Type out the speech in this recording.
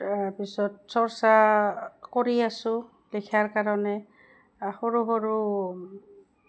তাৰপিছত চৰ্চা কৰি আছোঁ লিখাৰ কাৰণে সৰু সৰু